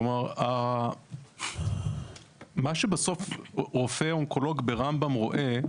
כלומר מה שבסוף רופא אונקולוג ברמב"ם רואה,